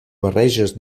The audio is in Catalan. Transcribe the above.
barreges